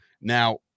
Now